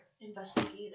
investigated